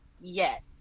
yes